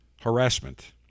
harassment